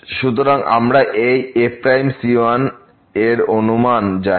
সুতরাং আমরা এই f এর অনুমান জানি